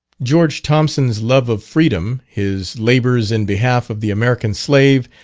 george thompson's love of freedom, his labours in behalf of the american slave,